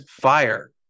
fire